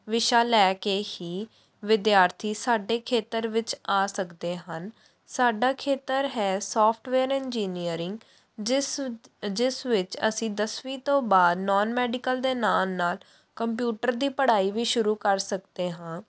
ਵਿਸ਼ਾ ਲੈ ਕੇ ਹੀ ਵਿਦਿਆਰਥੀ ਸਾਡੇ ਖੇਤਰ ਵਿੱਚ ਆ ਸਕਦੇ ਹਨ ਸਾਡਾ ਖੇਤਰ ਹੈ ਸੋਫਟਵੇਅਰ ਇੰਜੀਨੀਅਰਿੰਗ ਜਿਸ ਜਿਸ ਵਿੱਚ ਅਸੀਂ ਦਸਵੀਂ ਤੋਂ ਬਾਅਦ ਨੋਨ ਮੈਡੀਕਲ ਨੋਨ ਮੈਡੀਕਲ ਦੇ ਨਾਲ ਨਾਲ ਕੰਪਿਊਟਰ ਦੀ ਪੜ੍ਹਾਈ ਵੀ ਸ਼ੁਰੂ ਕਰ ਸਕਦੇ ਹਾਂ